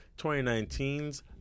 2019's